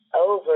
over